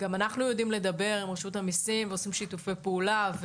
גם אנחנו יודעים לדבר עם רשות המיסים ועושים שיתופי פעולה,